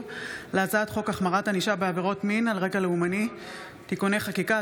להצעת חוק החמרת ענישה בעבירות מין על רקע לאומני (תיקוני חקיקה),